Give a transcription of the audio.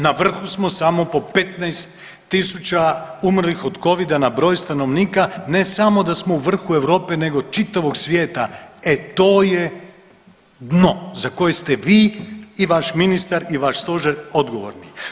Na vrhu smo samo po 15 tisuća umrlih od Covida na broj stanovnika, ne samo da smo u vrhu Europe nego čitavog svijeta, e to je dno, za koje ste vi i vaš ministar i vaš Stožer odgovorni.